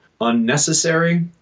unnecessary